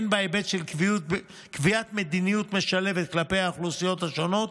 הן בהיבט של קביעת מדיניות משלבת כלפי האוכלוסיות השונות,